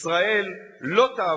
ישראל לא תהפוך,